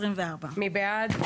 מי בעד?